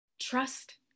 Trust